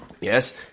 Yes